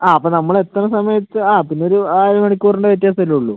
ആ അപ്പം നമ്മൾ എത്തണ സമയത്ത് ആ പിന്നെ ഒരു അര മണിക്കൂറിൻ്റ വ്യത്യാസം അല്ലെ ഉള്ളൂ